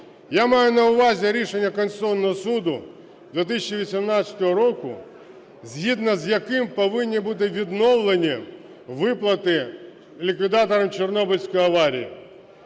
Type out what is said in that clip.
я маю на увазі рішення Конституційного Суду 2018 року, згідно з яким повинні бути відновлені виплати ліквідаторам Чорнобильської аварії.